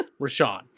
Rashawn